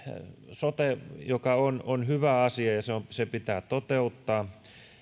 sote on on hyvä asia ja se pitää toteuttaa